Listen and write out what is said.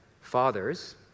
Fathers